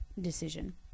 decision